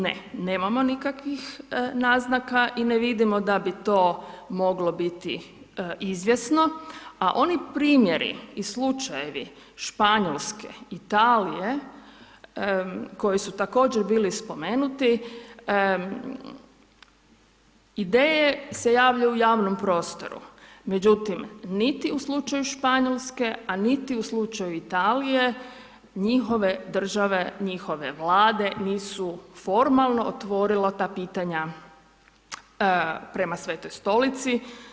Ne, nemamo nikakvih naznaka i ne vidimo da bi to moglo biti izvjesno a oni primjeri i slučajevi Španjolske, Italije koji su također bili spomenuti, ideje se javljaju u javnom prostoru, međutim niti u slučaju Španjolske a niti u slučaju Italije, njihove države, njihove vlade nisu formalno otvorile ta pitanja prema Svetoj Stolici.